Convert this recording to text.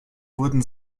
wurden